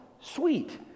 sweet